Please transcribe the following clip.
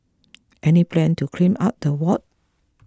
any plan to clean up the ward